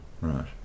Right